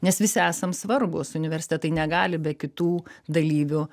nes visi esam svarbūs universitetai negali be kitų dalyvių